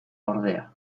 ordea